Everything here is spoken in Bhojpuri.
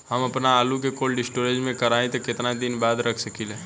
हम आपनआलू के कोल्ड स्टोरेज में कोराई के केतना दिन बाद रख साकिले?